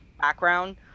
background